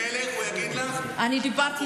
תדברי עם אלימלך, הוא יגיד לך, אני דיברתי איתו.